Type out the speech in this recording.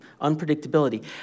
unpredictability